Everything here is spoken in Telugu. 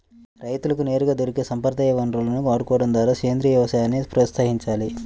రైతులకు నేరుగా దొరికే సంప్రదాయ వనరులను వాడుకోడం ద్వారా సేంద్రీయ వ్యవసాయాన్ని ప్రోత్సహించాలి